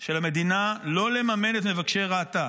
של המדינה לא לממן את מבקשי רעתה,